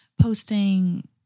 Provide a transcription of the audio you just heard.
posting